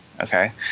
Okay